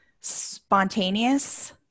spontaneous